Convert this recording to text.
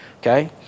Okay